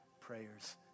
prayers